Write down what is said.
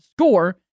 SCORE